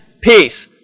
peace